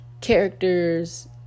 characters